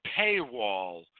paywall